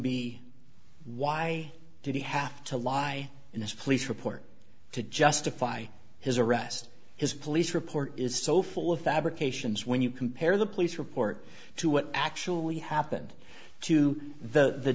be why did he have to lie in this police report to justify his arrest his police report is so full of fabrications when you compare the police report to what actually happened to the the